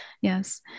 Yes